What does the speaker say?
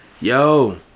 Yo